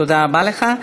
תודה רבה לך.